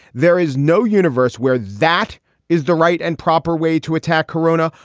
there is no universe where that is the right and proper way to attack corona,